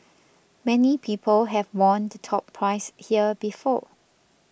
many people have won the top prize here before